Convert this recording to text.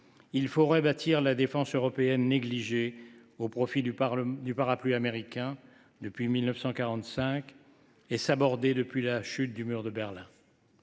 il faudra rebâtir la défense européenne, négligée au profit du parapluie américain depuis 1945 et sabordée depuis la chute du mur de Berlin.